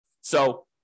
So-